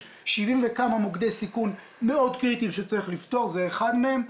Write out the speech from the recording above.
יש מעל 70 מוקדי סיכון מאוד קריטיים שצריך לפתור וזה אחד מהם.